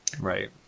Right